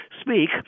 speak